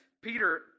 Peter